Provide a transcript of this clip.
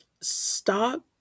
stop